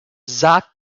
zach